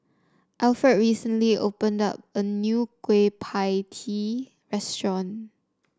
Alfred recently opened a new Kueh Pie Tee restaurant